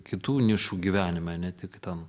kitų nišų gyvenime ne tik ten